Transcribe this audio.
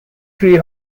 tree